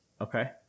Okay